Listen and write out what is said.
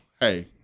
Hey